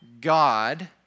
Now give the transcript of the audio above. God